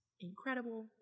incredible